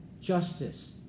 justice